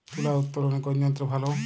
তুলা উত্তোলনে কোন যন্ত্র ভালো?